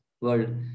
world